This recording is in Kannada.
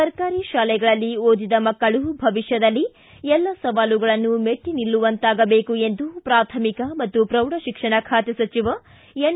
ಸರ್ಕಾರಿ ಶಾಲೆಗಳಲ್ಲಿ ಓದಿದ ಮಕ್ಕಳು ಭವಿಷ್ಯದಲ್ಲಿ ಎಲ್ಲ ಸವಾಲುಗಳನ್ನು ಮೆಟ್ಟ ನಿಲ್ಲುವಂತಾಗಬೇಕು ಎಂದು ಪ್ರಾಥಮಿಕ ಪ್ರೌಢ ಶಿಕ್ಷಣ ಖಾತೆ ಸಚಿವ ಎನ್